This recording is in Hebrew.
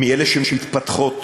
מאלה שמתפתחות